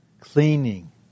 cleaning